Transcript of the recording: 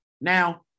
Now